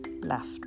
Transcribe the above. left